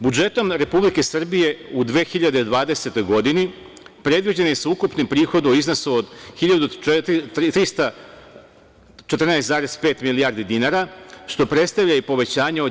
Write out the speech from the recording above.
Budžetom Republike Srbije u 2020. godini predviđeni su ukupni prihodi u iznosu od 14,5 milijardi dinara, što predstavlja i povećanje od